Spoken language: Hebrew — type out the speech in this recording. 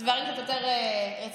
דברים קצת יותר רציניים.